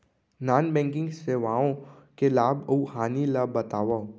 non banking सेवाओं के लाभ अऊ हानि ला बतावव